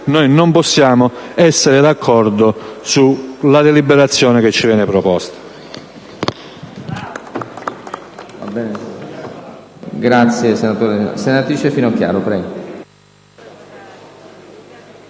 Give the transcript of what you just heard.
- non possiamo essere d'accordo sulla deliberazione che ci viene proposta.